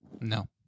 No